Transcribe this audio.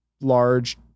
Large